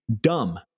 dumb